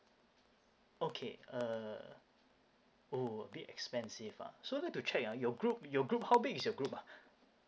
okay uh oh a bit expensive ah so like to check ah your group your group how big is your group ah